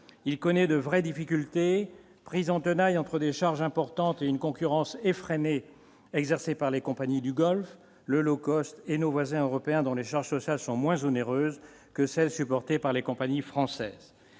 il connaît de vraies difficultés, pris en tenaille entre des charges importantes, une concurrence effrénée exercée par les compagnies du Golfe, le low-cost et nos voisins européens, dont les charges sociales sont moins onéreuses que celles supportées par les compagnies françaises